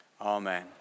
Amen